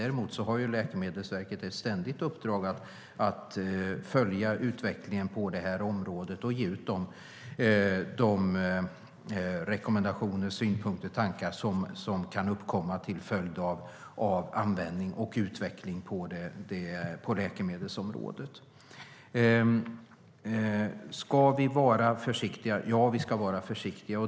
Däremot har ju Läkemedelsverket ett ständigt uppdrag att följa utvecklingen på området och ge ut de rekommendationer, synpunkter och tankar som kan uppkomma till följd av användning och utveckling av läkemedel. Ska vi vara försiktiga? Ja, vi ska vara försiktiga.